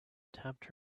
tapped